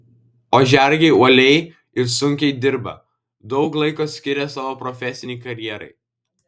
ožiaragiai uoliai ir sunkiai dirba daug laiko skiria savo profesinei karjerai